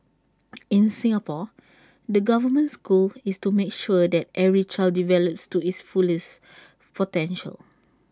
in Singapore the government's goal is to make sure that every child develops to his fullest potential